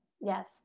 Yes